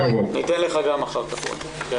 ניתן גם לך לדבר אחר כך, רועי.